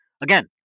again